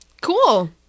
Cool